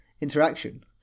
interaction